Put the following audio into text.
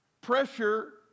Pressure